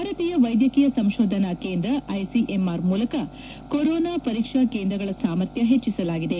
ಭಾರತೀಯ ವೈದ್ಯಕೀಯ ಸಂಶೋಧನಾ ಕೇಂದ್ರ ಐಸಿಎಂಆರ್ ಮೂಲಕ ಕೊರೊನಾ ಪರೀಕ್ಷಾ ಕೇಂದ್ರಗಳ ಸಾಮರ್ಥ್ಯ ಹೆಜ್ಜಿಸಲಾಗಿದೆ